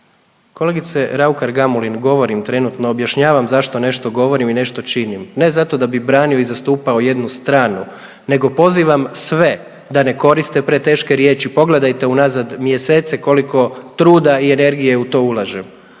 Kolegice Raukar Gamulim govorim, trenutno objašnjavam zašto nešto govorim i nešto činim, ne zato da bi branio i zastupao jednu stranu nego pozivam sve da ne koriste preteške riječi. Pogledajte unazad mjesece koliko truda i energije u to ulažem